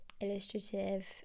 illustrative